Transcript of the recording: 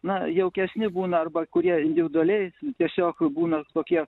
na jaukesni būna arba kurie individualiai tiesiog būna kokie